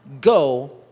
go